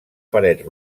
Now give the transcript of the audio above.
paret